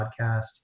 podcast